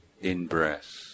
in-breath